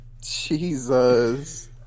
Jesus